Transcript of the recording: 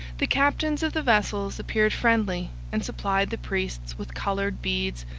the captains of the vessels appeared friendly and supplied the priests with coloured beads,